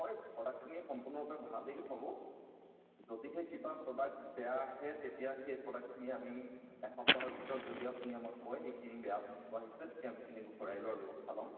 হয় প্ৰডাক্টখিনি সম্পূৰ্ণৰূপে ভালেই হ'ব যদিহে কিবা প্ৰডাক্ট বেয়া আহে তেতিয়া সেই প্ৰডাক্টখিনি আমি এসপ্তাহৰ ভিতৰত যদি আপুনি আমাক কয় এইখিনি বেয়া বস্তু আহিছে তেতিয়া আমি এইখিনি ঘূৰাই লোৱাৰ ব্যৱস্থা ল'ম